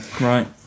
Right